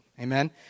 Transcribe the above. Amen